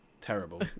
terrible